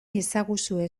iezaguzue